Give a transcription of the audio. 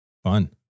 Fun